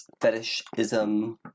fetishism